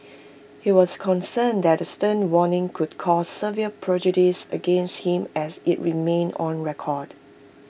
he was concerned that the stern warning would cause severe prejudice against him as IT remained on record